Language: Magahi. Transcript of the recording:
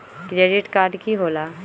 क्रेडिट कार्ड की होला?